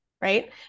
right